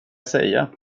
säga